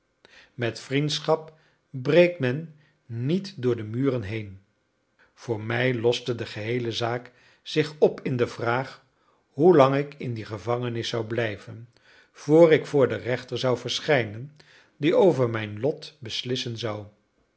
met vriendschap breekt men niet door de muren heen voor mij loste de geheele zaak zich op in de vraag hoelang ik in die gevangenis zou blijven vr ik voor den rechter zou verschijnen die over mijn lot beslissen zou